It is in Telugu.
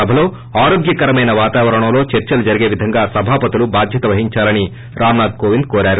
సభలో ఆరోగ్యకరమైన వాతావరణంలో చర్చలు జరిగేలా సభాపతులు బాధ్యత వహిందాలని రామ్నాథ్ కోవింద్ కోరారు